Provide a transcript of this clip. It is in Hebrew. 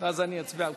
וחברת